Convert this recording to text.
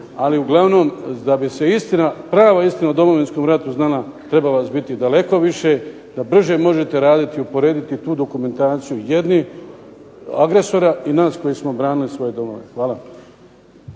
ali uglavnom da bi se istina, prava istina o Domovinskom ratu znala, treba vas biti daleko više da brže možete raditi, uporediti tu dokumentaciju jednih agresora i nas koji smo branili svoje domove. Hvala.